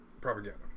propaganda